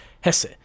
Hesse